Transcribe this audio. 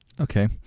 Okay